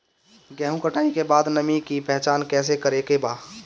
गेहूं कटाई के बाद नमी के पहचान कैसे करेके बा?